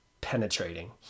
penetrating